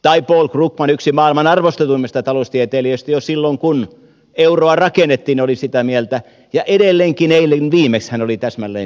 paul krugman yksi maailman arvostetuimmista taloustieteilijöistä oli sitä mieltä jo silloin kun euroa rakennettiin ja edelleenkin eilen viimeksi hän oli täsmälleen samaa mieltä